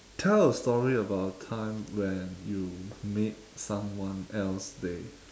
tell a story about a time when you made someone else day